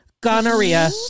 Gonorrhea